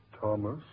Thomas